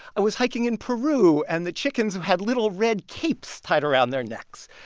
i was hiking in peru, and the chickens have had little red capes tied around their necks.